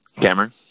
Cameron